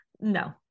No